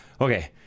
okay